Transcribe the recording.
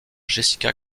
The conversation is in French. jessica